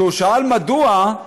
כשהוא שאל מדוע,